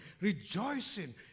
rejoicing